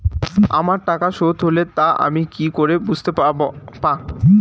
আমার টাকা শোধ হলে তা আমি কি করে বুঝতে পা?